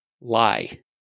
lie